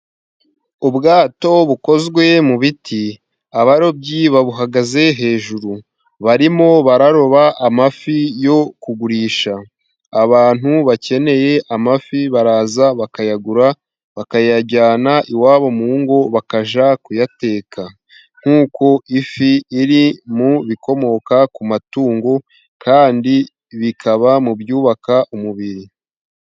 Ubwato bukozwe mu biti, abarobyi babuhagaze hejuru barimo bararoba amafi yo kugurisha, abantu bakeneye amafi baraza bakayagura bakayajyana iwabo mu ngo bakajya kuyateka, nkuko ifi iri mu bikomoka ku matungo kandi bikaba mu byubaka umubiri.